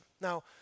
Now